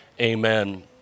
Amen